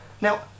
Now